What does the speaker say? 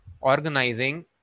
organizing